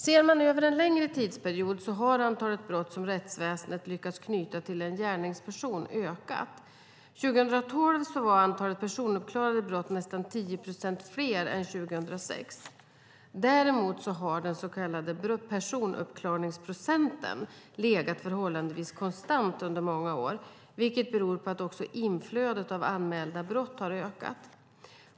Ser man över en längre tidsperiod har antalet brott som rättsväsendet lyckats knyta en gärningsperson till ökat. År 2012 var antalet personuppklarade brott nästan 10 procent fler än 2006. Däremot har den så kallade personuppklaringsprocenten legat förhållandevis konstant under många år, vilket beror på att också inflödet av anmälda brott har ökat.